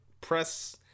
press